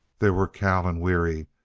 there were cal and weary,